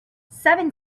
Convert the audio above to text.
seven